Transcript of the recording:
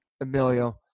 Emilio